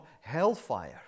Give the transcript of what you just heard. hellfire